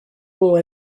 dont